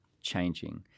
changing